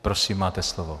Prosím, máte slovo.